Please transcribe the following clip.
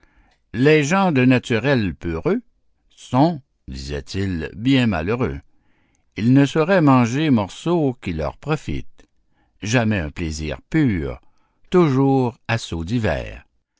les gens de naturel peureux sont disait-il bien malheureux ils ne sauraient manger morceau qui leur profite jamais un plaisir pur toujours assauts divers